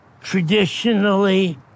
Traditionally